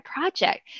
project